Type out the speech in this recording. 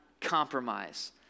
compromise